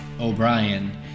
O'Brien